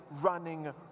running